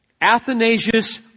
Athanasius